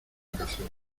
cazuela